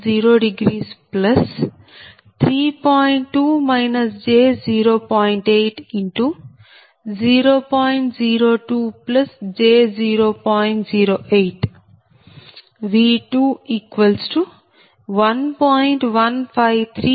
2 j0